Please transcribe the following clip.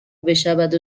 بشود